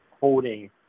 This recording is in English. holding